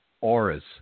auras